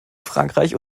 frankreich